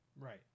right